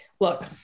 look